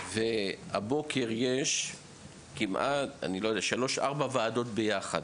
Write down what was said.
והבוקר יש שלוש או ארבע ועדות ביחד,